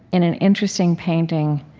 in an interesting painting,